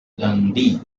dundee